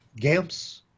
GAMPs